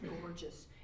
gorgeous